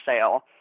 sale –